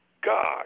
God